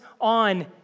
on